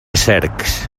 cercs